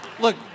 Look